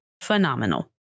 phenomenal